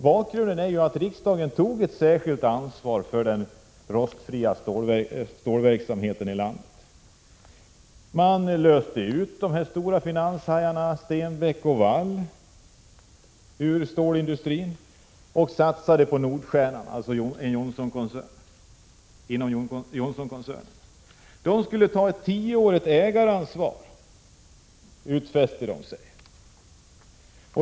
Bakgrunden är att riksdagen tagit ett särskilt ansvar för verksamheten när det gäller rostfritt stål i landet. Man löste ut de stora finanshajarna Stenbeck och Wall ur stålindustrin och satsade på Nordstjernan, som ingår i Johnsonkoncernen. Nordstjernan utfäste sig att ta ett tioårigt ägaransvar.